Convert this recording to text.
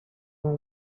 com